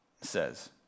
says